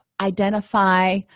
identify